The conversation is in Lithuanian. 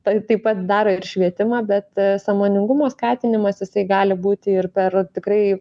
tai taip pat daro ir švietimą bet sąmoningumo skatinimas jisai gali būti ir per tikrai